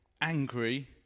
angry